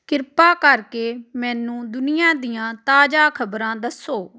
ਕਿਰਪਾ ਕਰਕੇ ਮੈਨੂੰ ਦੁਨੀਆ ਦੀਆਂ ਤਾਜ਼ਾ ਖ਼ਬਰਾਂ ਦੱਸੋ